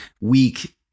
weak